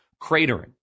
cratering